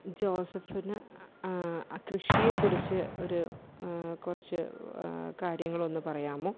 ജോസഫിന് കൃഷിയെ കുറിച്ച് ഒരു കുറച്ച് കാര്യങ്ങൾ ഒന്ന് പറയാമോ